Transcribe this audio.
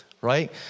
right